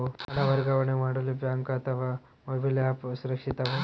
ಹಣ ವರ್ಗಾವಣೆ ಮಾಡಲು ಬ್ಯಾಂಕ್ ಅಥವಾ ಮೋಬೈಲ್ ಆ್ಯಪ್ ಸುರಕ್ಷಿತವೋ?